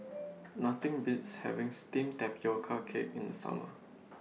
Nothing Beats having Steamed Tapioca Cake in The Summer